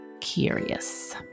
curious